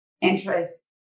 interest